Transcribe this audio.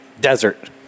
desert